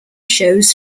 shows